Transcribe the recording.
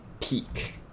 peak